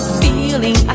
feeling